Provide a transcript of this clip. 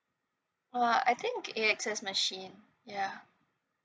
uh I think A_X_S machine yeah